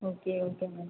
okay okay ma'am